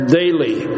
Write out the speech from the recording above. daily